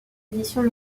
éditions